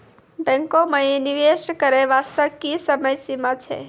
बैंको माई निवेश करे बास्ते की समय सीमा छै?